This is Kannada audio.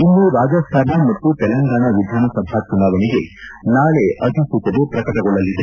ಇನ್ನು ರಾಜಸ್ಥಾನ ಮತ್ತು ತೆಲಂಗಾಣ ವಿಧಾನಸಭೆ ಚುನಾವಣೆಗೆ ನಾಳೆ ಅಧಿಸೂಚನೆ ಪ್ರಕಟಗೊಳ್ಳಲಿದೆ